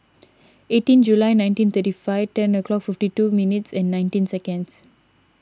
eighteen July nineteen thirty five ten o'clock fifty two minutes and nineteen seconds